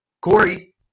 Corey